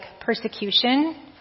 persecution